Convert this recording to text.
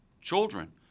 children